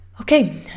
Okay